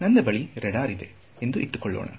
ನನ್ನ ಬಳಿ ರೆಡಾರ್ ಇದೆ ಎಂದು ಇಟ್ಟುಕೊಳ್ಳೋಣ